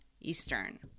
Eastern